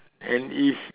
and if